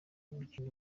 umukino